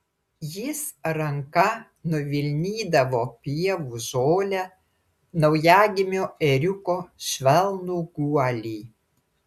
jis ranka nuvilnydavo pievų žolę naujagimio ėriuko švelnų guolį